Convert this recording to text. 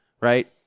Right